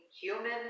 human